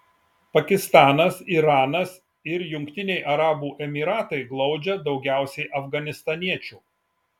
pakistanas iranas ir jungtiniai arabų emyratai glaudžia daugiausiai afganistaniečių